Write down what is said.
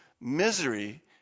Misery